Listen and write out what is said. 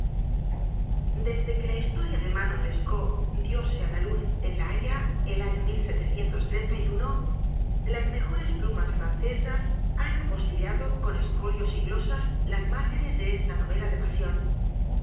hijo desde que la historia de manon lescaut dióse o la luz en la haya el año las mejores plu mas francesas han apostillado con escolios y glo sas las márgenes de esta novela de pasión